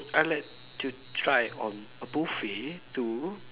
I like to try on a buffet to